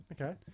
Okay